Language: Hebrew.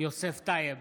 יוסף טייב,